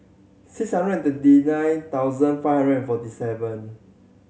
six hundred and twenty nine thousand five hundred forty seven